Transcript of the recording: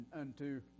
unto